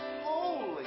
holy